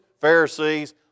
Pharisees